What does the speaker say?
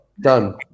Done